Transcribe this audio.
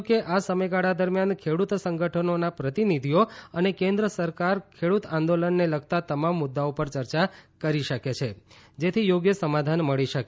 સરકારે કહ્યું કે આ સમયગાળા દરમિયાન ખેડૂત સંગઠનોના પ્રતિનિધિઓ અને કેન્દ્ર સરકાર ખેડૂત આંદોલનને લગતા તમામ મુદ્દાઓ પર ચર્ચા કરી શકે છે જેથી યોગ્ય સમાધાન મળી શકે